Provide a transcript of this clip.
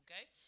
okay